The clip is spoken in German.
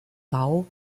bau